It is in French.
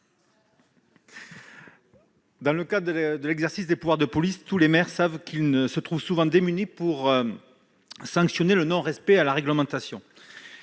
Dans le cadre de l'exercice de leurs pouvoirs de police, les maires se trouvent souvent démunis pour sanctionner le non-respect de la réglementation.